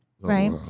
right